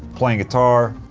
playing guitar,